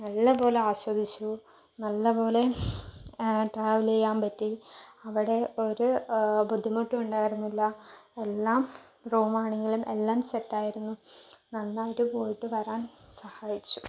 നല്ല പോലെ ആസ്വദിച്ചു നല്ല പോലെ ആ ട്രാവൽ ചെയ്യാൻ പറ്റി അവിടെ ഒരു ബുദ്ധിമുട്ട് ഉണ്ടായിരുന്നില്ല എല്ലാം റൂമാണെങ്കിലും എല്ലാം സെറ്റായിരുന്നു നന്നായിട്ട് പോയിട്ട് വരാൻ സഹായിച്ചു